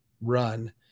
run